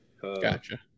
gotcha